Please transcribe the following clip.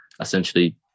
essentially